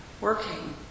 working